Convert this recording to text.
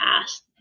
past